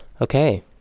Okay